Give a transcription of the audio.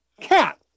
Cat